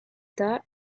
that